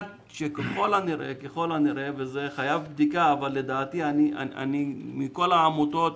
ככל הנראה, לדעתי, מכל העמותות